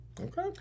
okay